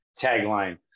tagline